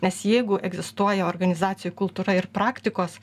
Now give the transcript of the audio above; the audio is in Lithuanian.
nes jeigu egzistuoja organizacijų kultūra ir praktikos